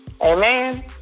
Amen